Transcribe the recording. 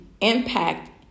impact